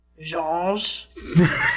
Georges